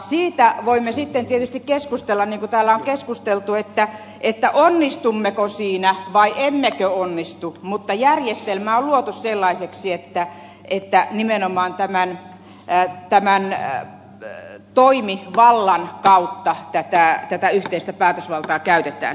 siitä voimme sitten tietysti keskustella niin kuin täällä on keskusteltu onnistummeko siinä vai emmekö onnistu mutta järjestelmä on luotu sellaiseksi että nimenomaan tämän toimivallan kautta tätä yhteistä päätösvaltaa käytetään